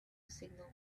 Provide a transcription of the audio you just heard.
signal